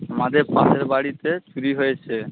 আমাদের পাশের বাড়িতে চুরি হয়েছে